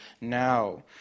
now